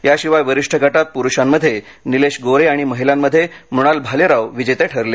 याशिवाय वरिष्ठ गटात पुरुषांमध्ये निलेश गोरे आणि महीलांमध्ये मृणाल भालेराव विजेते ठरले